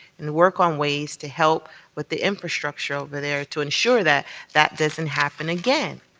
and work on ways to help with the infrastructure over there to ensure that that doesn't happen again.